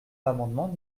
l’amendement